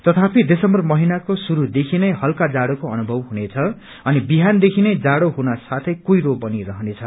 तथापि दिसम्बर महिनाको शुरूदेखि नै हल्का जाड़ोको अनुभव हुनेछ अनि बिहानदेखिनै जाड़ो हुन साथै कुइरो बनी रहनेछ